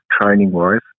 training-wise